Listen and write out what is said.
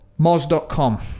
moz.com